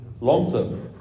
long-term